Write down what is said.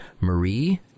Marie